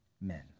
men